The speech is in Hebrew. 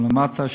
וגם למטה,